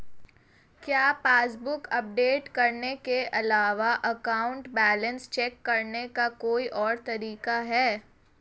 क्या passbook update करने के अलावा अकाउंट बैलेंस चेक करने का कोई और तरीका है?